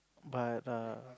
but err